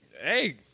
Hey